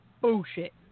Bullshit